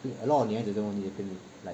a lot of 女孩子这个问题 like